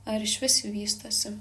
ar išvis ji vystosi